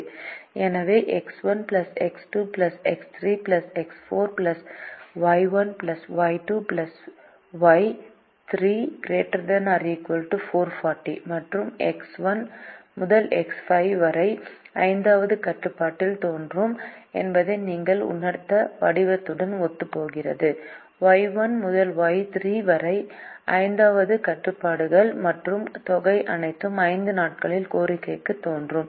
எனவே X 1 X 2 X 3 X 4 X 5 Y 1 Y 2 Y 3≥440 X1X2X3X4X5Y1Y2Y 3≥ 440 மற்றும் X 1 முதல் X 5 வரை 5 வது கட்டுப்பாட்டில் தோன்றும் என்பதை நீங்கள் உணர்ந்த வடிவத்துடன் ஒத்துப்போகிறது ஒய் 1 முதல் ஒய் 3 வரை 5 வது கட்டுப்பாடுகள் மற்றும் தொகை அனைத்து 5 நாட்களின் கோரிக்கைகளும் தோன்றும்